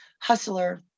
hustler